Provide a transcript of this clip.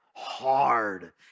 hard